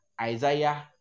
isaiah